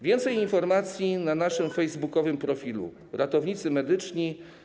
Więcej informacji na naszym facebookowym profilu „Ratownicy Medyczni.